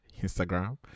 Instagram